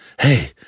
Hey